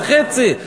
על חצי,